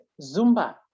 Zumba